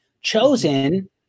chosen